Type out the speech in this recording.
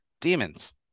demons